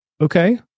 Okay